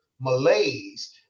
malaise